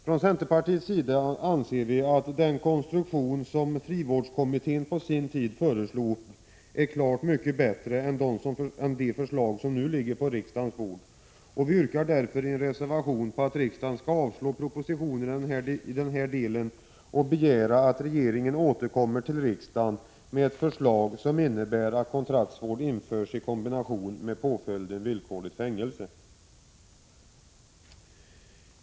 Från centerpartiets sida anser vi att den konstruktion som frivårdskommittén på sin tid föreslog är klart mycket bättre än de förslag som nu ligger på riksdagens bord. Vi yrkar därför i en reservation på att riksdagen skall avslå propositionen i denna del och begära att regeringen återkommer till riksdagen med ett förslag, som innebär att kontraktsvård införs i kombination med påföljden villkorligt fängelse.